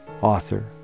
author